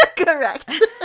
Correct